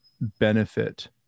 benefit